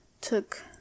took